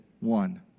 one